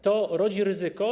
To rodzi ryzyko.